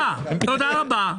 ציוד.